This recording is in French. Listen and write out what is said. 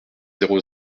zéro